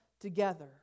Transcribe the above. together